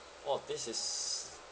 !wah! this is